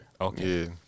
okay